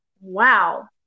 wow